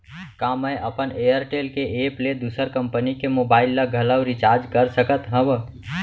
का मैं अपन एयरटेल के एप ले दूसर कंपनी के मोबाइल ला घलव रिचार्ज कर सकत हव?